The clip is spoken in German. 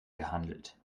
gehandelt